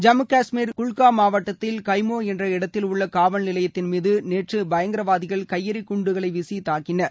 ஜம்மு கஷ்மீர் குல்காம் மாவட்டத்தில் கைமோ என்ற இடத்தில் உள்ள காவல்நிலையத்தின்மீது நேற்று பயங்கரவாதிகள் கையெறி குண்டுகளை வீசி தாக்கினார்கள்